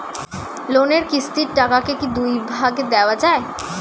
লোনের কিস্তির টাকাকে কি দুই ভাগে দেওয়া যায়?